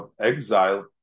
exile